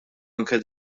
anke